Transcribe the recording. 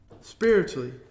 spiritually